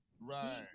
right